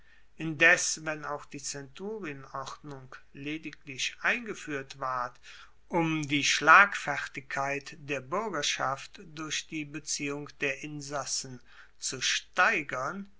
indes wenn auch die zenturienordnung lediglich eingefuehrt ward um die schlagfertigkeit der buergschaft durch die beziehung der insassen zu steigern